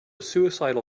suicidal